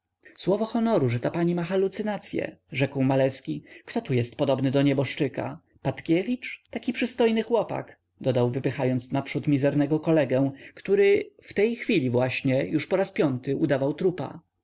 słowo honoru że ta pani ma halucynacye rzekł maleski kto tu jest podobny do nieboszczyka patkiewicz taki przystojny chłopak dodał wypychając naprzód mizernego kolegę który w tej chwili właśnie już po raz piąty udawał trupa